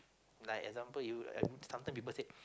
like example you I sometime people said